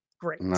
great